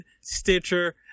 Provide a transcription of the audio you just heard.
stitcher